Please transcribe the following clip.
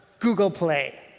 google play.